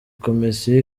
komisiyo